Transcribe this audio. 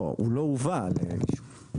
הוא לא הובא לאישור.